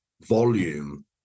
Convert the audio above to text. volume